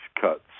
cuts